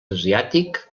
asiàtic